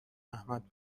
احمد